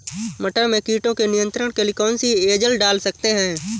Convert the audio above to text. मटर में कीटों के नियंत्रण के लिए कौन सी एजल डाल सकते हैं?